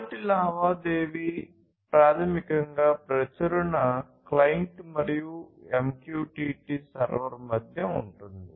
మొదటి లావాదేవీ ప్రాథమికంగా ప్రచురణ క్లయింట్ మరియు MQTT సర్వర్ మధ్య ఉంటుంది